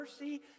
mercy